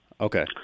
Okay